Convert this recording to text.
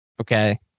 Okay